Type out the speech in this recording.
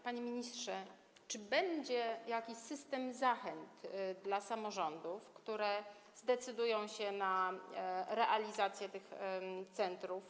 Panie ministrze, czy będzie jakiś system zachęt dla samorządów, które zdecydują się na realizację tych centrów?